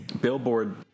Billboard